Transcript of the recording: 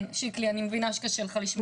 כן שיקלי, אני מבינה שקשה לך לשמוע.